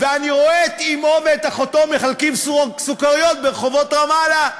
ואני רואה את אמו ואחותו מחלקות סוכריות ברחובות רמאללה.